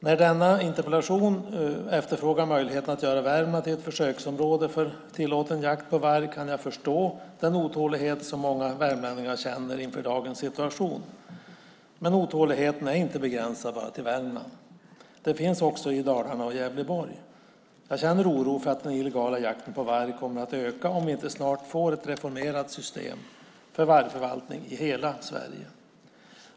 När denna interpellation efterfrågar möjligheten att göra Värmland till ett försöksområde för tillåten jakt på varg kan jag förstå den otålighet som många värmlänningar känner inför dagens situation. Men otåligheten är inte begränsad bara till Värmland. Den finns också i Dalarna och Gävleborg. Jag känner oro för att den illegala jakten på varg kommer att öka om vi inte snart får ett reformerat system för vargförvaltning i hela Sverige.